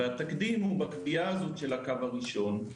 התקדים הוא בקביעה של הקו הראשון.